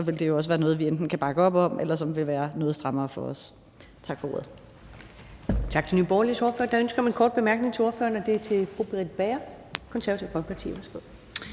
vil det her være noget, vi kan bakke op om, eller som det vil være noget strammere for os